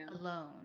alone